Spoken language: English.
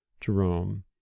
Jerome